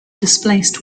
displaced